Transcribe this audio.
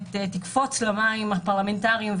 תקפוץ למים הפרלמנטריים,